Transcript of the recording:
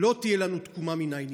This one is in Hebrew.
לא תהיה לנו תקומה מן העניין,